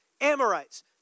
Amorites